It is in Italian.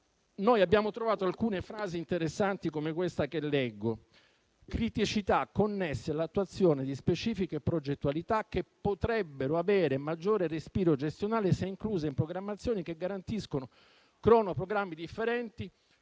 abbiamo trovato alcune frasi interessanti come questa, che leggo: criticità connesse all'attuazione di specifiche progettualità che potrebbero avere maggiore respiro gestionale, se incluse in programmazioni che garantiscono cronoprogrammi differenti